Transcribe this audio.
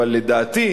אבל לדעתי,